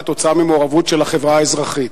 כתוצאה ממעורבות של החברה האזרחית,